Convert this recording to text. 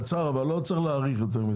קצר, לא צריך להאריך יותר מדי.